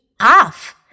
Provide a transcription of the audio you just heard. off